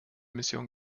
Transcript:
mission